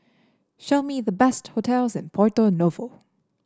show me the best hotels in Porto Novo